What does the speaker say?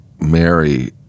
Mary